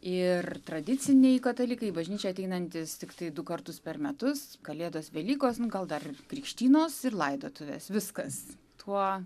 ir tradiciniai katalikai į bažnyčią ateinantys tiktai du kartus per metus kalėdos velykos nu gal dar ir krikštynos ir laidotuvės viskas tuo